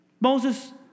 Moses